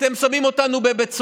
אתם שמים אותנו בבית סוהר.